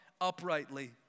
uprightly